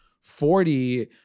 Forty